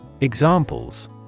Examples